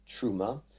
truma